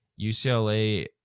UCLA